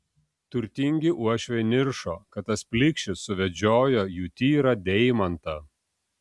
turtingi uošviai niršo kad tas plikšis suvedžiojo jų tyrą deimantą